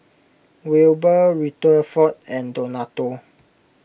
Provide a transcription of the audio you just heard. Wilber Rutherford and Donato